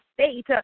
state